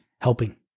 helping